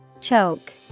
Choke